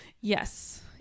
yes